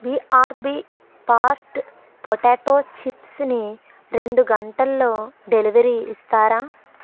BRB fast potato చిప్స్ని రెండు గంటల్లో డెలివరీ ఇస్తారా